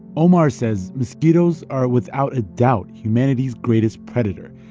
omar says mosquitoes are, without a doubt, humanity's greatest predator,